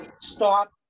stop